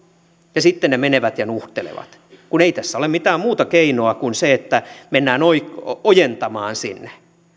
ja sitten he menevät ja nuhtelevat kun ei tässä ole mitään muuta keinoa kuin se että mennään ojentamaan sinne